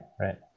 right